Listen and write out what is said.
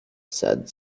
said